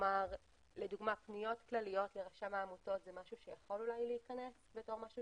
לדוגמה פניות כלליות לרשם העמותות זה משהו שיכול אולי להיכנס בתור משהו